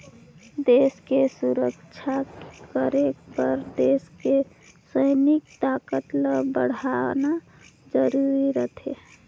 देस के सुरक्छा करे बर देस के सइनिक ताकत ल बड़हाना जरूरी रथें